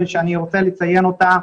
שאני רוצה לציין אותה,